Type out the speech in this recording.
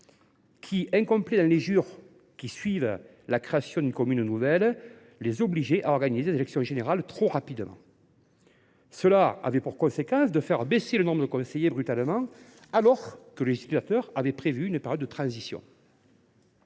municipaux dans les jours qui suivaient la création d’une commune nouvelle obligeait à organiser des élections générales trop rapidement. Cela avait pour conséquence de faire baisser le nombre de conseillers brutalement, alors que le législateur a prévu une période de transition.